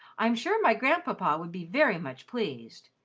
i'm sure my grandpapa would be very much pleased.